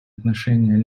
отношение